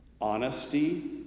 honesty